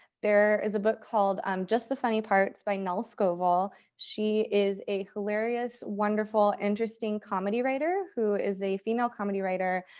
there is a book called um just the funny parts by nell scovell. she is a hilarious, wonderful, interesting comedy writer who is a female comedy writer,